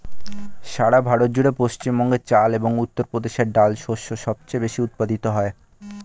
সারা ভারত জুড়ে পশ্চিমবঙ্গে চাল এবং উত্তরপ্রদেশে ডাল শস্য সবচেয়ে বেশী উৎপাদিত হয়